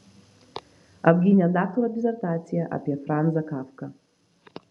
apgynė daktaro disertaciją apie franzą kafką